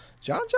John